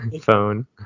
phone